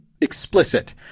explicit